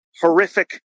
horrific